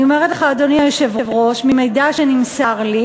אני אומרת לך, אדוני היושב-ראש, ממידע שנמסר לי